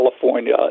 California